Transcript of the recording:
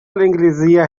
الإنجليزية